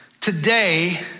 Today